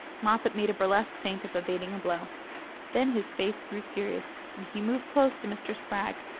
moffatt made a burlesque feint of evading a blow then his face grew serious, and he moved close to mr. spragg,